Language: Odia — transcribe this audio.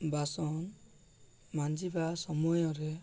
ବାସନ ମାଜିବା ସମୟରେ